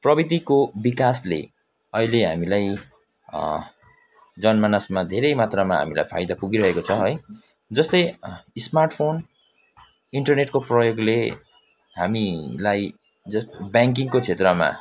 प्रविधिको विकासले अहिले हामीलाई जनमानसमा धेरै मात्रामा हामीलाई फाइदा पुगिरहेको छ है जस्तै स्मार्टफोन इन्टरनेटको प्रयोगले हामीलाई जस् ब्याङ्किङको क्षेत्रमा